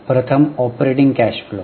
प्रथम operating cash flow आहे